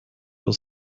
will